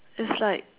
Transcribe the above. it's like